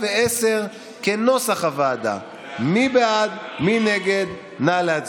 כי מי יתנגד למתן מענקים ועידוד